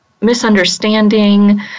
misunderstanding